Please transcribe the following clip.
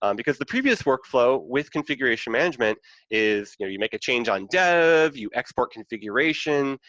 um because the previous work flow with configuration management is, you know, you make a change on dev, you export configuration,